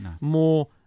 more